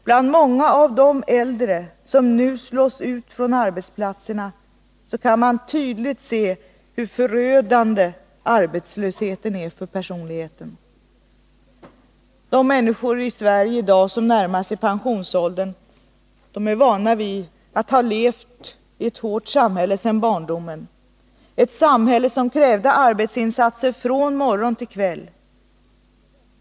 Bland många av de äldre som nu slås ut från arbetsplatserna kan man tydligt märka hur förödande arbetslösheten är för personligheten. De människor i Sverige som i dag närmar sig pensionsåldern är vana vid att leva i ett hårt samhälle sedan barndomen, ett samhälle som krävde arbetsinsatser från morgon till kväll.